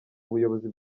buyobozi